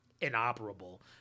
inoperable